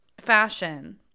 fashion